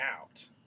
out